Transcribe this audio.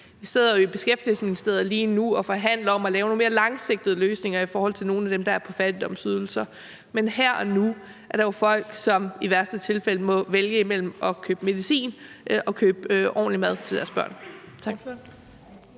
Vi sidder jo i Beskæftigelsesministeriet lige nu og forhandler om at lave nogle mere langsigtede løsninger i forhold til nogle af dem, der er på fattigdomsydelser. Men her og nu er der jo folk, som i værste tilfælde må vælge imellem at købe medicin og købe ordentlig mad til deres børn.